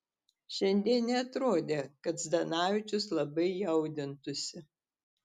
šiandien neatrodė kad zdanavičius labai jaudintųsi